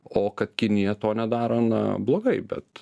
o kad kinija to nedaro na blogai bet